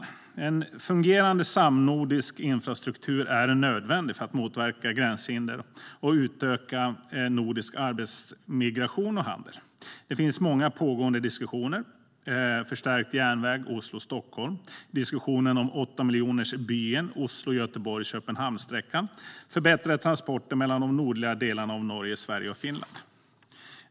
En fungerande samnordisk infrastruktur är nödvändig för att motverka gränshinder och utöka nordisk arbetsmigration och handel. Det pågår många diskussioner om förstärkt järnväg mellan Oslo och Stockholm, om "åttamiljonersbyen" Oslo-Göteborg-Köpenhamn och om förbättrade transporter mellan de nordliga delarna av Norge, Sverige och Finland.